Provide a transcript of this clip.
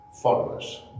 followers